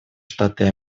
штаты